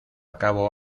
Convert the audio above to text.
cabo